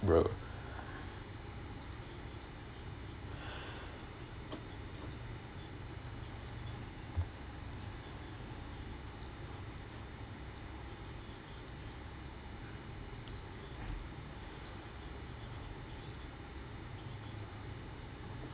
bro